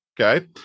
okay